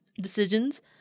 decisions